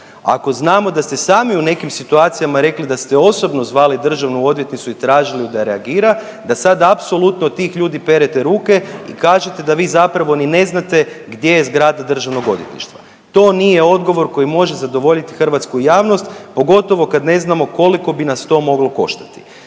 ako znamo da ste sami u nekim situacijama rekli da ste osobno zvali državnu odvjetnicu i tražili ju da reagira, da sad apsolutno od tih ljudi perete ruke i kažete da vi zapravo ni ne znate gdje je zgrada Državnog odvjetništva. To nije odgovor koji može zadovoljiti hrvatsku javnost, pogotovo kad ne znamo koliko bi nas to moglo koštati.